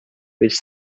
with